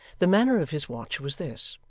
the manner of his watch was this.